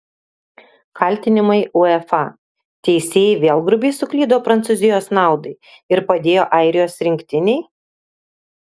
kaltinimai uefa teisėjai vėl grubiai suklydo prancūzijos naudai ir padėjo airijos rinktinei